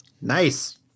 nice